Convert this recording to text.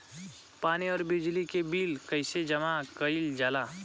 पानी और बिजली के बिल कइसे जमा कइल जाला?